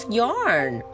yarn